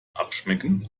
abschmecken